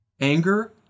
Anger